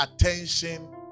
attention